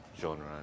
genre